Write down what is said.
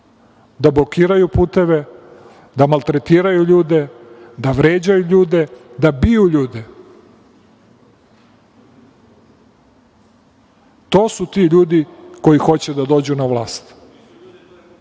da blokiraju puteve, da maltretiraju ljude, da vređaju ljude, da biju ljude. To su ti ljudi koji hoće da dođu na vlast.